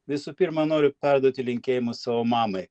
visų pirma noriu perduoti linkėjimus savo mamai